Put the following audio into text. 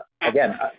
Again